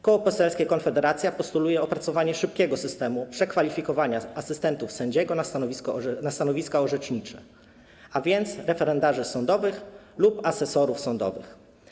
Koło Poselskie Konfederacja postuluje opracowanie szybkiego systemu przekwalifikowania asystentów sędziego na stanowiska orzecznicze, a więc referendarzy sądowych lub asesorów sądowych.